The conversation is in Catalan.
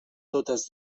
totes